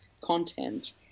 content